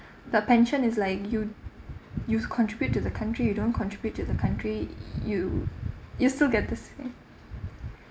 but pension is like you you contribute to the country you don't contribute to the country y~ you you still get the same